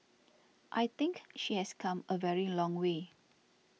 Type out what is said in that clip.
I think she has come a very long way